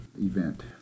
event